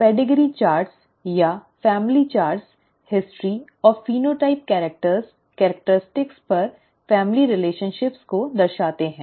pedigree chart या family chart इतिहास और फेनोटाइप्स कैरिक्टॅर्स विशेषताओं पर फैमिली संबंधों को दर्शाते हैं